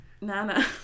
nana